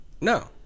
No